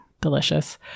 Delicious